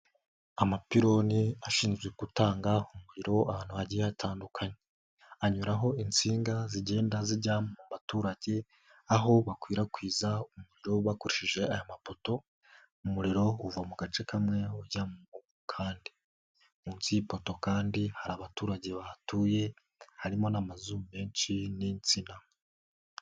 Amapiloni ashinzwe gutanga umuriro ahantu hagiye hatandukanye, anyuraho insinga zigenda zijya mu baturage aho bakwirakwiza umuriro bakoresheshije aya mapoto umuriro uva mu gace kamwe ujya mu kandi, munsi y'ipoto kandi hari abaturage bahatuye harimo n'amazu menshi n'insina.